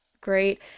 great